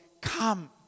come